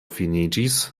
finiĝis